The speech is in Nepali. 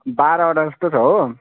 बाह्रवटा जस्तो छ हो